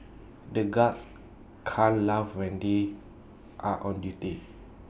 the guards can't laugh when they are on duty